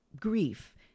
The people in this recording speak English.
grief